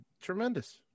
Tremendous